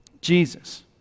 Jesus